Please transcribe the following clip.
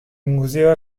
museo